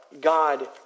God